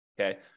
Okay